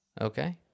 Okay